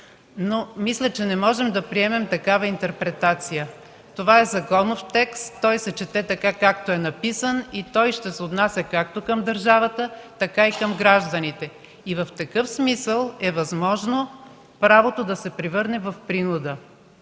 Мисля, че не можем да приемем такава интерпретация. Това е законов текст. Той се чете така както е написан и ще се отнася както към държавата, така и към гражданите. В такъв смисъл е възможно правото да се превърне в принуда.